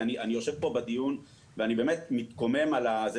אני יושב בדיון ומתקומם על הדברים.